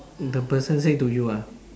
the person say to you ah